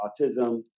autism